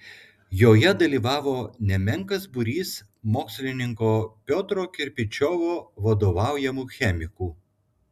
joje dalyvavo nemenkas būrys mokslininko piotro kirpičiovo vadovaujamų chemikų